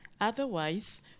otherwise